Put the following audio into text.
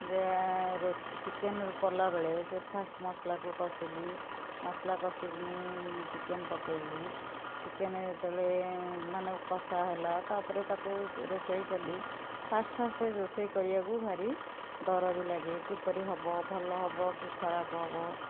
ଯେ ଚିକେନ୍ ରୋଷେଇ କଲା ବେଳେ ଯେ ଫାର୍ଷ୍ଟ ମସଲାକୁ କଷିଲି ମସଲା କଷିକିନି ଚିକେନ୍ ପକେଇଲି ଚିକେନ୍ ଯେତେବେଳେ ମାନେ କଷା ହେଲା ତାପରେ ତାକୁ ରୋଷେଇ କଲି ଫାର୍ଷ୍ଟ ଫାର୍ଷ୍ଟ ରୋଷେଇ କରିବାକୁ ଭାରି ଡର ବି ଲାଗେ କିପରି ହେବ ଭଲ ହେବ କି ଖରାପ ହେବ